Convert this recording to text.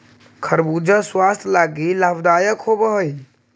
खरबूजा स्वास्थ्य लागी लाभदायक होब हई